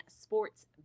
sports